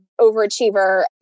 overachiever